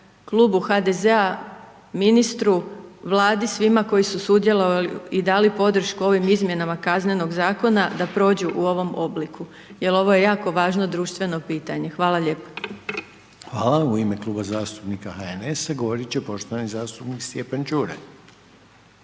klubu HDZ-a, ministru, Vladi, svima koji su sudjelovali i dali podršku ovim izmjenama kaznenog Zakona da prođu u ovom obliku jel ovo je jako važno društveno pitanje. Hvala lijepo. **Reiner, Željko (HDZ)** Hvala. U ime kluba zastupnika HNS-a govoriti će poštovani zastupnik Stjepan Čuraj.